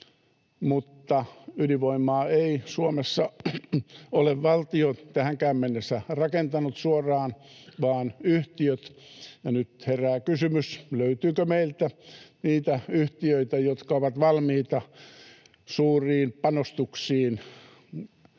mutta ydinvoimaa ei Suomessa ole valtio tähänkään mennessä rakentanut suoraan, vaan yhtiöt. Ja nyt herää kysymys, löytyykö meiltä niitä yhtiöitä, jotka ovat valmiita suuriin panostuksiin